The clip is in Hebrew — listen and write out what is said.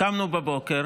קמנו בבוקר